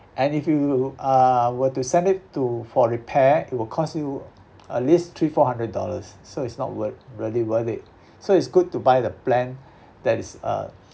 and if you uh were to send it to for repair it will cost you at least three four hundred dollars so it's not worth really worth it so it's good to buy the plan that is uh